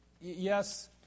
Yes